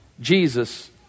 Jesus